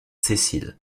cécile